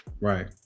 Right